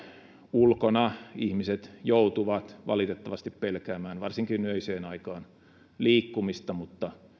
ulkona ihmiset joutuvat valitettavasti pelkäämään liikkumista varsinkin öiseen aikaan mutta